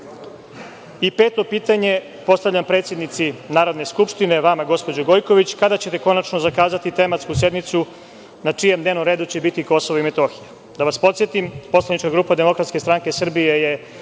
evra. Peto pitanje postavljam predsednici Narodne skupštine, vama gospođo Gojković, kada ćete konačno zakazati tematsku sednicu na čijem dnevnog redu će biti Kosovo i Metohija? Da vas podsetim, poslanička grupa DSS je još